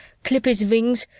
clip his wings,